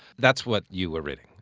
that's what you were reading.